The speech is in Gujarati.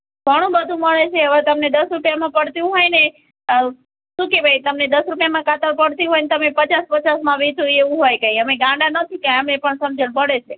ઘણું બધું મળે છે વધુ તમને દસ રૂપિયામાં પડતું હોય ને શું કહેવાય તમને દસ રૂપિયામાં કાતર પડતી હોય ને તમે પચાસ પચાસમાં વેચો એવું હોય કંઈ અમે કંઈ ગાંડા નથી કાંઇ અમે પણ સમજણ પડે છે